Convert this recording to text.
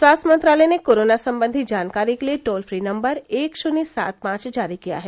स्वास्थ्य मंत्रालय ने कोरोना सम्बंधी जानकारी के लिए टोल फ्री नम्बर एक शून्य सात पांच जारी किया है